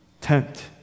tempt